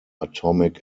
atomic